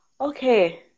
okay